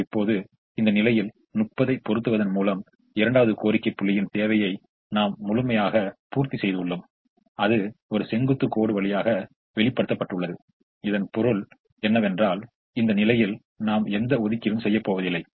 இப்போது இந்த நிலையில் 30 ஐ பொறுத்துவதன் மூலம் இரண்டாவது கோரிக்கை புள்ளியின் தேவையை நாம் முழுமையாக பூர்த்தி செய்துள்ளோம் அது ஒரு செங்குத்து கோடு வழியாக வெளிப்படுத்தப்பட்டுள்ளது இதன் பொருள் இந்த நிலையில் நாம் எந்த ஒதுக்கீடும் செய்யப்போவதில்லை